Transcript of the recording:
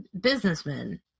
businessmen